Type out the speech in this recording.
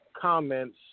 comments